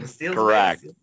Correct